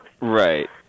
Right